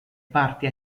parti